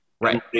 Right